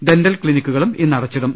dental ക്ലിനിക്കുകളും ഇന്ന് അടച്ചിടും